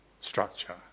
structure